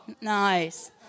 Nice